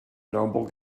noble